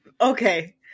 Okay